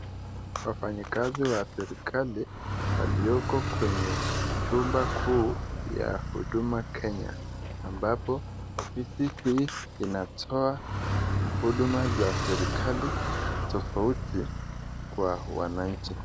Wafanyikazi wa serikali walioko kwenye chumba kuu ya Huduma Kenya ambapo ofisi hii inatoa huduma za serikali tofauti kwa wananchi.